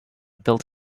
built